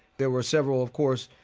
there were several, of course,